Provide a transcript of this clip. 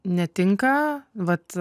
netinka vat